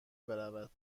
برود